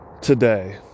today